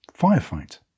firefight